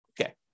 Okay